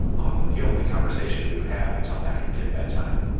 often the only conversation we would have until after kid bedtime.